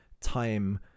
time